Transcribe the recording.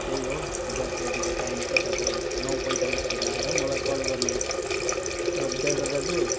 त्यही हो दस बजेको टाइम छ तपाईँ नौ पैँतालिसतिर आएर मलाई कल गर्नु होस् ल ड्राइभर दाजु